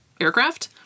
Aircraft